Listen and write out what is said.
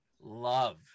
love